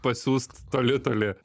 pasiųst toli toli